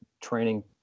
training